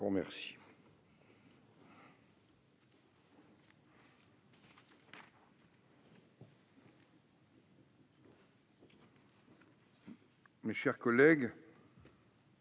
Mes chers collègues,